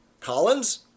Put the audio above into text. Collins